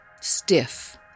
stiff